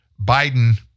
Biden